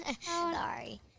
sorry